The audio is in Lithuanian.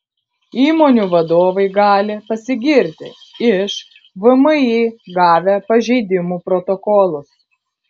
įmonių vadovai gali pasigirti iš vmi gavę pažeidimų protokolus